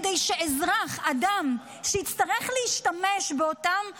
כדי שאזרח, אדם, שיצטרך להשתמש באותן ראיות,